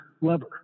lever